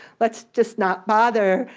let's just not bother,